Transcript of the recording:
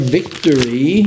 Victory